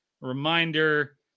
Reminder